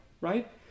right